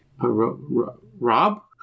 Rob